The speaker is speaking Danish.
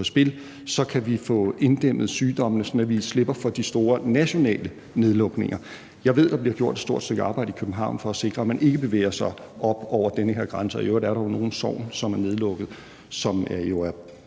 et sted, så kan vi få inddæmmet sygdommen, sådan at vi slipper for de store nationale nedlukninger. Jeg ved, der bliver gjort et stort stykke arbejde i København for at sikre, at man ikke bevæger sig op over den her grænse, og i øvrigt er der jo nogle sogne, som er nedlukket,